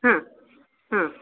ಹಾಂ ಹಾಂ